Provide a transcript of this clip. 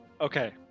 Okay